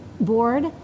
board